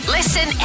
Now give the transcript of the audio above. Listen